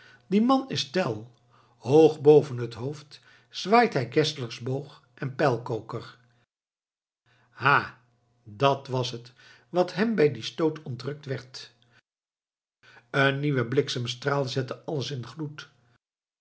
die man is tell hoog boven het hoofd zwaait hij geszlers boog en pijlkoker ha dat was het wat hem bij dien stoot ontrukt werd een nieuwe bliksemstraal zet alles in gloed